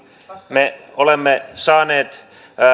me olemme saaneet